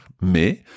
mais